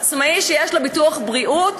עצמאי שיש לו ביטוח בריאות,